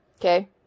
Okay